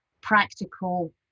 practical